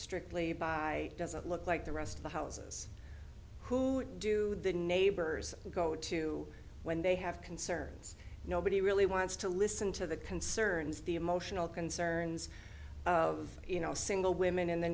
strictly by doesn't look like the rest of the houses who do the neighbors go to when they have concerns nobody really wants to listen to the concerns the emotional concerns of you know single women in the